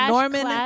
Norman